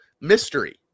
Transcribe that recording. mystery